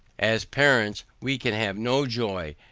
as parents, we can have no joy,